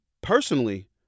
Personally